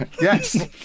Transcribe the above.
yes